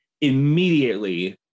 immediately